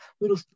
little